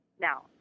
Now